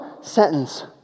sentence